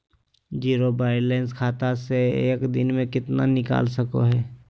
Zero balance खाता से एक दिन में कितना निकाल सको है?